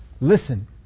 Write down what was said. listen